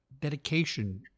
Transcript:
dedication